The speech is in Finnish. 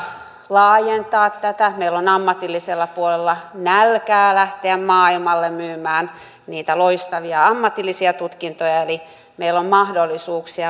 laajentaa tätä meillä on ammatillisella puolella nälkää lähteä maailmalle myymään niitä loistavia ammatillisia tutkintoja eli meillä on mahdollisuuksia